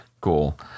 cool